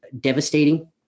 devastating